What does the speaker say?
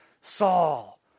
Saul